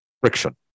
friction